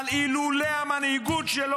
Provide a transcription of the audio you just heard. אבל אילולא המנהיגות שלו